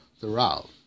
throughout